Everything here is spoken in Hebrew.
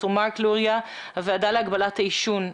דוקטור מרק לוריא, הוועדה להגבלת העישון.